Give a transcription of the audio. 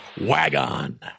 Wagon